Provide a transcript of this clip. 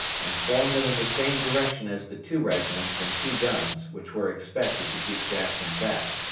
and formed them in the same direction as the two regiments and two guns which were expected to keep jackson back,